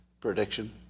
prediction